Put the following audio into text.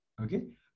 Okay